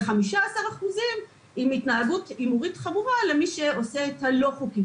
ו-15% עם התנהגות הימורים חמורה למי שעושה את הלא חוקי.